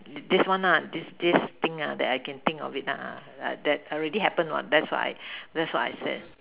thi~ this one lah this this thing that I can think of it that already happen that's what I that's what I said